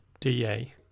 DA